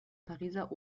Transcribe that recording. pariser